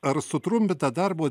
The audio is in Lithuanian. ar sutrumpintą darbo